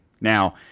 Now